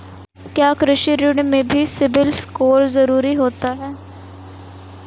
क्या कृषि ऋण में भी सिबिल स्कोर जरूरी होता है?